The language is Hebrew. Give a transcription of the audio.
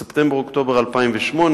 בספטמבר-אוקטובר 2008,